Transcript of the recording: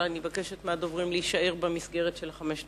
ואני מבקשת מהדוברים להישאר במסגרת של חמש הדקות.